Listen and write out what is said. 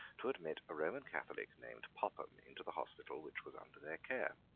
to admit a roman catholic named popham into the hospital which was under their care.